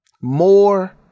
More